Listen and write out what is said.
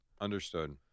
Understood